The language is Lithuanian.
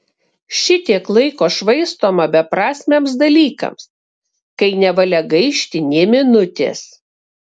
šitiek laiko švaistoma beprasmiams dalykams kai nevalia gaišti nė minutės